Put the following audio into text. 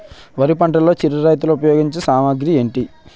వరి పంటలో చిరు రైతులు ఉపయోగించే సామాగ్రి ఏంటి?